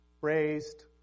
Raised